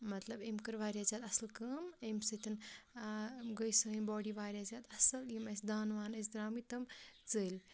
مطلب أمۍ کٔر واریاہ زیادٕ اَصٕل کٲم أمۍ سۭتۍ گٔیٚے سٲنۍ باڈی واریاہ زیادٕ اَصٕل یِم اَسہِ دانہٕ وانہٕ ٲسۍ درٛامٕتۍ تِم ژٔلۍ